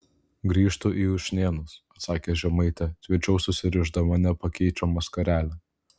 grįžtu į ušnėnus atsakė žemaitė tvirčiau susirišdama nepakeičiamą skarelę